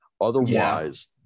otherwise